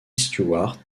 stewart